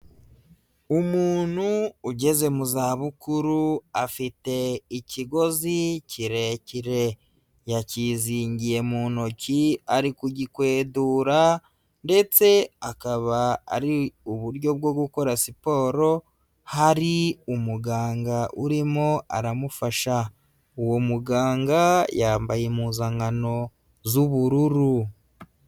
Umuntu ugeze mu zabukuru afite ikigozi kirekire, yakizingiye mu ntoki ari kugikwedura ndetse akaba ari uburyo bwo gukora siporo, hari umuganga urimo aramufasha, uwo muganga yambaye impuzankano z'ubururu.